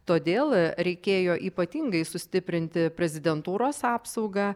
todėl reikėjo ypatingai sustiprinti prezidentūros apsaugą